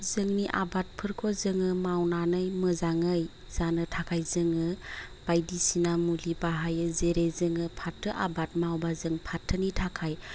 जोंनि आबादफोरखौ जोङो मावनानै मोजाङै जानो थाखाय जोङो बायदिसिना मुलि बाहायो जेरै जोङो फाथो आबाद मावबा जों फाथोनि थाखाय